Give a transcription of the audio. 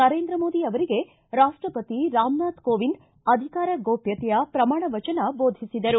ನರೇಂದ್ರ ಮೋದಿ ಅವರಿಗೆ ರಾಪ್ಷಸತಿ ರಾಮನಾಥ ಕೋವಿಂದ ಅಧಿಕಾರ ಗೋಷ್ಣತೆಯ ಪ್ರಮಾಣ ವಚನ ಬೋಧಿಸಿದರು